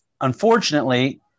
unfortunately